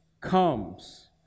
comes